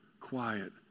quiet